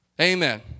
Amen